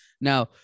now